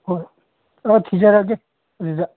ꯍꯣꯏ ꯊꯤꯖꯔꯒꯦ ꯑꯗꯨꯗ